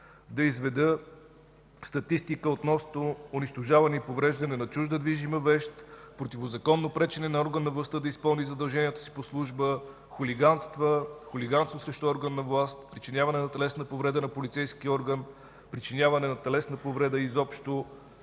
да изведа статистика относно унищожаване и повреждане на чужда движима вещ, противозаконно пречене на орган на властта да изпълни задълженията си по служба, хулиганства, хулиганства срещу орган на власт, причиняване на телесна повреда на полицейски орган, причиняване на телесна повреда изобщо,